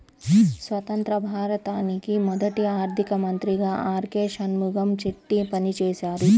స్వతంత్య్ర భారతానికి మొదటి ఆర్థిక మంత్రిగా ఆర్.కె షణ్ముగం చెట్టి పనిచేసారు